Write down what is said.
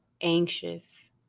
anxious